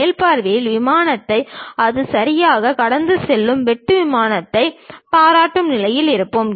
மேல் பார்வையில் விமானத்தை அது சரியாக கடந்து செல்லும் வெட்டு விமானத்தை பாராட்டும் நிலையில் இருப்போம்